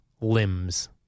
limbs